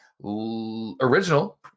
original